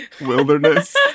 wilderness